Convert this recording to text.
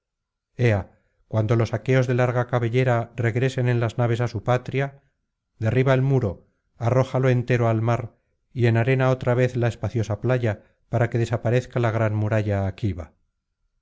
cuando los aqueos de larga cabellera regresen en las naves á su patria derriba el muro arrójalo entero al mar y enarena otra vez la espaciosa playa para que desaparezca la gran muralla aquiva